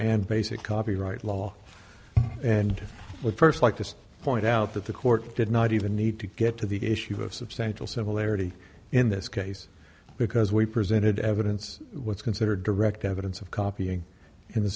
and basic copyright law and would first like to point out that the court did not even need to get to the issue of substantial similarity in this case because we presented evidence what's considered direct evidence of copying in